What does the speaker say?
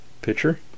picture